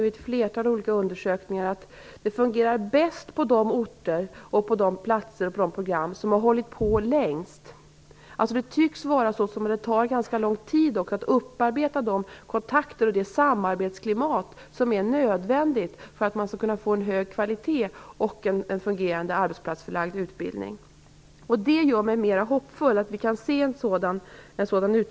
I ett flertal olika undersökningar konstaterar man att det fungerar bäst på orter/platser och i de program som hållit på längst. Det tycks alltså ta ganska lång tid att upparbeta de kontakter och det samarbetsklimat som är nödvändigt för att få en hög kvalitet och en fungerande arbetsplatsförlagd utbildning. Att vi kan se en sådan utveckling gör mig mera hoppfull.